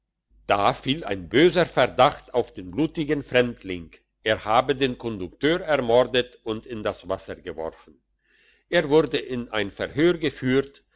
da fiel ein böser verdacht auf den blutigen fremdling er habe den kondukteur ermordet und in das wasser geworfen er wurde in ein verhör geführt